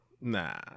Nah